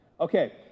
Okay